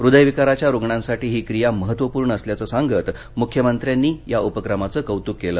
हृदयविकाराच्या रुग्णांसाठी ही क्रिया महत्त्वपूर्ण असल्याच सांगत मुख्यमंत्र्यांनी या उपक्रमाचं कौतुक केलं